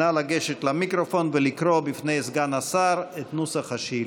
נא לגשת למיקרופון ולקרוא בפני סגן השר את נוסח השאילתה.